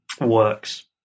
works